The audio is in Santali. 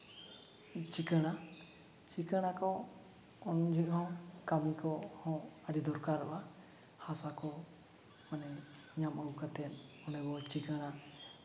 ᱪᱤᱠᱟᱹᱲᱟ ᱪᱤᱠᱟᱹᱲᱟ ᱠᱚ ᱩᱱ ᱡᱚᱦᱚᱜ ᱠᱟᱹᱢᱤ ᱠᱚᱦᱚᱸ ᱟᱹᱰᱤ ᱫᱚᱨᱠᱟᱨᱚᱜᱼᱟ ᱦᱟᱥᱟ ᱠᱚ ᱢᱟᱱᱮ ᱧᱟᱢ ᱚᱱᱠᱟᱛᱮ ᱚᱸᱰᱮ ᱵᱚ ᱪᱤᱠᱟᱹᱲᱟ